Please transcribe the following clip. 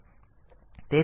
તો તે કેવી રીતે કરશે